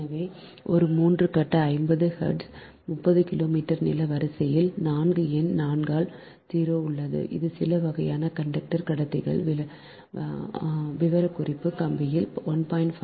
எனவே ஒரு 3 கட்ட 50 ஹெர்ட்ஸ் 30 கிலோமீட்டர் நீள வரிசையில் 4 எண் 4 ஆல் 0 உள்ளது இது சில வகையான கண்டக்டர் கடத்திகள் விவரக்குறிப்பு கம்பியில் 1